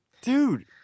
dude